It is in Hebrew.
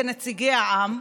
כנציגי העם,